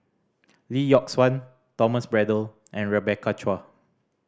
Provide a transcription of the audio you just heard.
Lee Yock Suan Thomas Braddell and Rebecca Chua